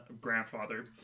grandfather